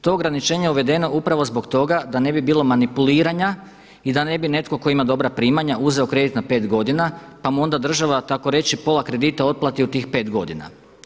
To je ograničenje uvedeno upravo zbog toga da ne bi bilo manipuliranja i da ne bi netko tko ima dobra primanja uzeo kredit na pet godina pa mu onda država tako reći pola kredita otplati u tih pet godina.